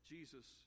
Jesus